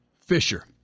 Fisher